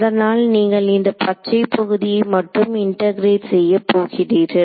அதனால் நீங்கள் இந்த பச்சை பகுதியை மட்டும் இன்டெகிரெட் செய்யப் போகிறீர்கள்